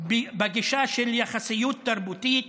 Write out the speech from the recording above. בגישה של יחסיות תרבותית